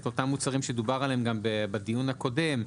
אותם מוצרים שדובר עליהם גם בדיון הקודם.